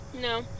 No